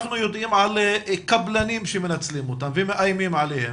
אנחנו יודעים על קבלנים שמנצלים אותם ומאיימים עליהם